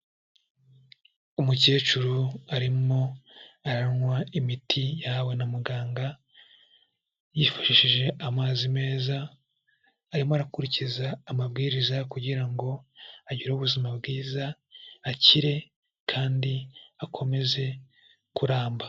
Umukecuru arimo aranywa imiti yahawe na muganga, yifashishije amazi meza arimo akurikiza amabwiriza kugira ngo agire ubuzima bwiza, akire kandi akomeze kuramba.